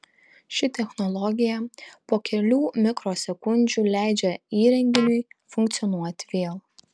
ši technologija po kelių mikrosekundžių leidžia įrenginiui funkcionuoti vėl